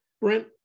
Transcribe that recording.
Brent